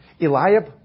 Eliab